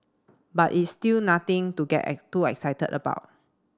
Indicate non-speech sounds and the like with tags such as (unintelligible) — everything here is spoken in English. but it's still nothing to get (unintelligible) too excited about